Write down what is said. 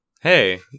Hey